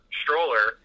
stroller